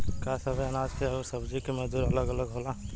का सबे अनाज के अउर सब्ज़ी के मजदूरी अलग अलग होला?